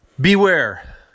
Beware